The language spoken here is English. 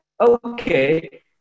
okay